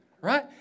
right